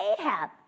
Ahab